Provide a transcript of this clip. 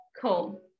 Cool